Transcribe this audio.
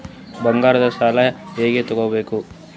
ಬಂಗಾರದ್ ಸಾಲ ಹೆಂಗ್ ತಗೊಬೇಕ್ರಿ?